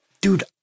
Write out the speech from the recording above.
Dude